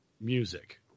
music